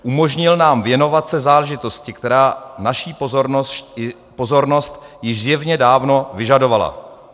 Umožnil nám věnovat se záležitosti, která naší pozornost již zjevně dávno vyžadovala.